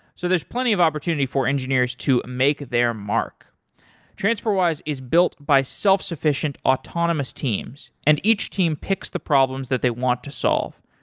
so there's plenty of opportunities for engineers to make their mark transferwise is built by self-sufficient autonomous teams. and each team picks the problems that they want to solve.